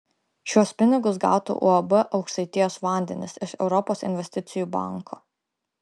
šiuos pinigus gautų uab aukštaitijos vandenys iš europos investicijų banko